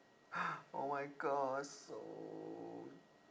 oh my god so